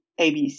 ABC